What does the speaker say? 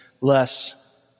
less